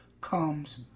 comes